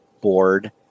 board